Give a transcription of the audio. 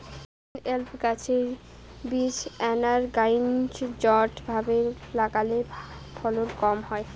pineapple গাছের বীজ unorganised ভাবে লাগালে ফলন কম হয়